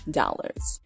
dollars